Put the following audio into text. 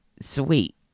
Sweet